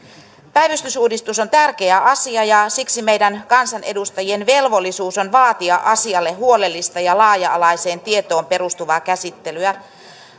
päivystysuudistus on tärkeä asia ja siksi meidän kansanedustajien velvollisuus on vaatia asialle huolellista ja laaja alaiseen tietoon perustuvaa käsittelyä